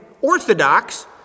orthodox